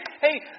Hey